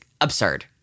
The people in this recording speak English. absurd